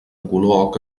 color